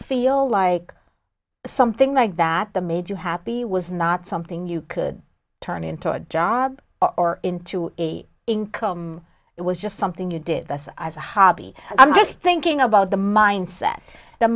feel like something like that the made you happy was not something you could turn into a job or into income it was just something you did as a hobby i'm just thinking about the mindset the